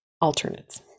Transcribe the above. alternates